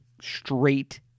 straight